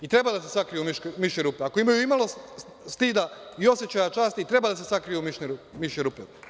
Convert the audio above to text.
I treba da se sakriju u mišje rupu, ako imaju i malo stida i osećaja časti i treba da se sakriju u mišje rupe.